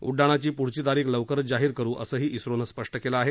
उङ्डाणाची पुढची तारीख लवकरच जाहीर करू असंही ओनं स्पष्टं केलं आहे